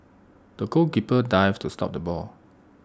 the goalkeeper dived to stop the ball